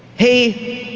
he